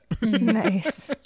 nice